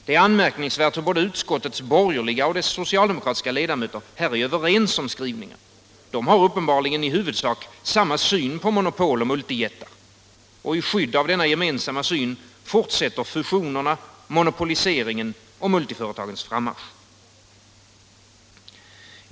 Det är anmärkningsvärt hur både utskottets borgerliga och dess socialdemokratiska ledamöter här är överens om skrivningarna. De har uppenbarligen i huvudsak samma syn på monopol och multijättar. I skydd av denna gemensamma syn fortsätter fusionerna, monopoliseringen och Näringspolitiken Näringspolitiken 120 multiföretagens frammarsch.